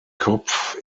kopf